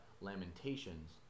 Lamentations